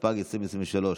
התשפ"ג 2023,